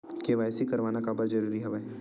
KYC करवाना काबर जरूरी हवय?